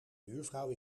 buurvrouw